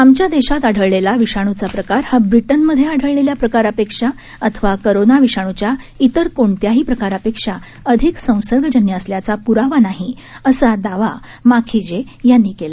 आमच्यादेशातआढळलेलाविषाणूचाप्रकारहाब्रिटनमध्येआढळलेल्याप्रकारापेक्षाअथवा कोरोनाविषाणूच्याइतरकोणत्याहीप्रकारापेक्षाअधिकसंसर्गजन्यअसल्याचाप्रावानाही असादावामाखीजेयांनीकेला